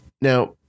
Now